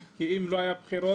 תודה רבה,